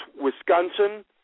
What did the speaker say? Wisconsin